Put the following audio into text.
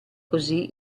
così